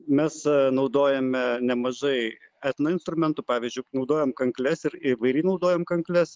mes naudojame nemažai etno instrumentų pavyzdžiui naudojam kankles ir įvairiai naudojam kankles